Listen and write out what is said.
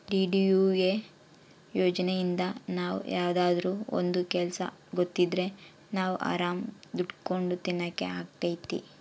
DDUA ಯೋಜನೆಇಂದ ನಾವ್ ಯಾವ್ದಾದ್ರೂ ಒಂದ್ ಕೆಲ್ಸ ಗೊತ್ತಿದ್ರೆ ನಾವ್ ಆರಾಮ್ ದುಡ್ಕೊಂಡು ತಿನಕ್ ಅಗ್ತೈತಿ